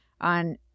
on